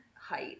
height